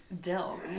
dill